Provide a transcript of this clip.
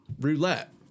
Roulette